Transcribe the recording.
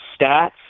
stats